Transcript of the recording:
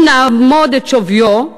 אם נאמוד את שוויו,